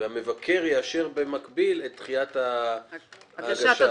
והמבקר יאשר במקביל את דחיית ההגשה.